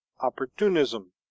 opportunism